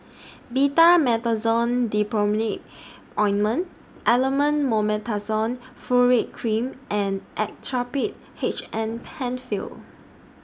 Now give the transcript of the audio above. Betamethasone Dipropionate Ointment Elomet Mometasone Furoate Cream and Actrapid H M PenFill